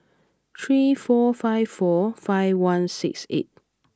three four five four five one six eight